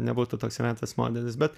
nebūtų toks retas modelis bet